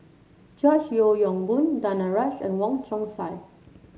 George Yeo Yong Boon Danaraj and Wong Chong Sai